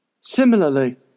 Similarly